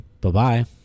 Bye-bye